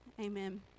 Amen